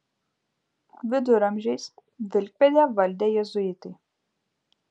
viduramžiais vilkpėdę valdė jėzuitai